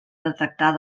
detectar